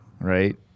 right